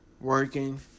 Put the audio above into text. working